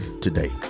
today